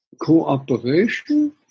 cooperation